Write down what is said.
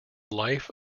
life